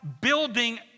building